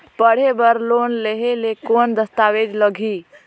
पढ़े बर लोन लहे ले कौन दस्तावेज लगही?